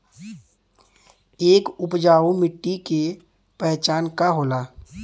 एक उपजाऊ मिट्टी के पहचान का होला?